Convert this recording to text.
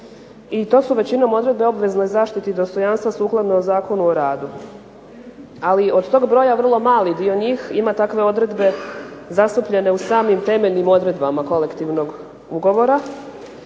i to su većinom odredbe o obveznoj zaštiti dostojanstva sukladno Zakonu o radu. Ali od tog broja vrlo mali dio njih ima takve odredbe zastupljene u samim temeljnim odredbama kolektivnog ugovora,